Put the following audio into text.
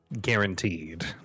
guaranteed